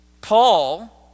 Paul